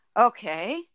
Okay